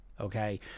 okay